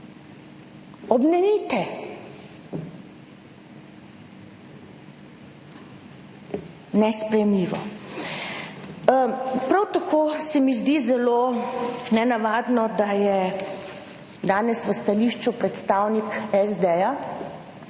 Obnemite. Nesprejemljivo. Prav tako se mi zdi zelo nenavadno, da je danes v stališču predstavnik SD